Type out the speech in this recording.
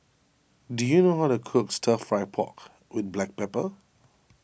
do you know how to cook Stir Fry Pork with Black Pepper